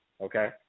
okay